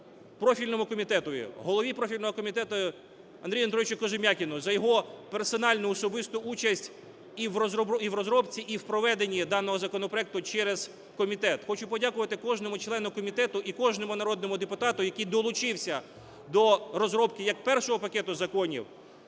профільному комітету, голові профільного комітету Андрію Андрійовичу Кожем'якіну за його персональну, особисту участь і в розробці, і в проведенні даного законопроекту через комітет. Хочу подякувати кожному члену комітету і кожному народному депутату, який долучився до розробки як першого пакету законів